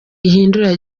ihindura